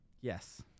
yes